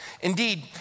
Indeed